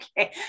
Okay